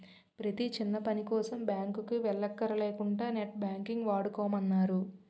ప్రతీ చిన్నపనికోసం బాంకుకి వెల్లక్కర లేకుంటా నెట్ బాంకింగ్ వాడుకోమన్నారు